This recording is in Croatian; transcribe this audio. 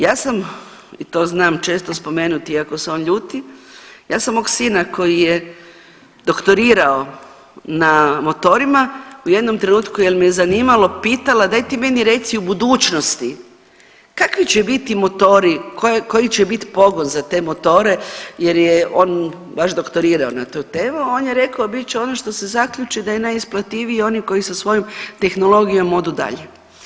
Ja sam i to znam često spomenuti, iako se on ljudi, ja sam mog sina koji je doktorirao na motorima u jednom trenutku, jer me zanimalo, pitala, daj ti meni reci u budućnosti, kakvi će biti motori, koji će biti pogon za te motore jer je on baš doktorirao na tu temu, on je rekao, bit će ono što se zaključi da je najisplativije oni koji sa svojom tehnologijom odu dalje.